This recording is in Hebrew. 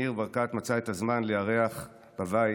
ניר ברקת מצא את הזמן לארח אצלו בבית